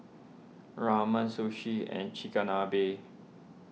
Ramen Sushi and Chigenabe